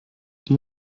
die